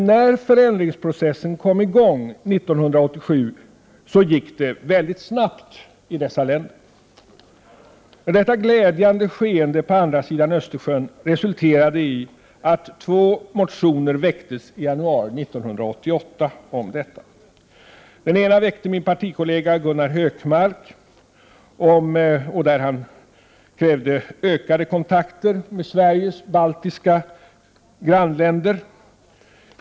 När förändringsprocessen kom i gång 1987 gick det väldigt snabbt i dessa länder. Detta glädjande skeende på andra sidan Östersjön resulterade i att två motioner väcktes i januari 1988 om detta. Den ena väckte min partikollega Gunnar Hökmark om ökade kontakter med Sveriges baltiska grannländer.